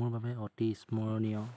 মোৰ বাবে অতি স্মৰণীয়